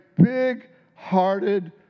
big-hearted